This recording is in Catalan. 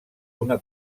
una